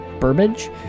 Burbage